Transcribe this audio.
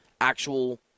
actual